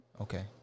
Okay